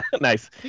Nice